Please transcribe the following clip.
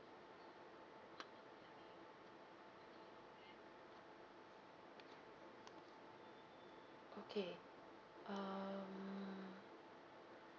okay um